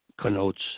connotes